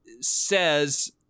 says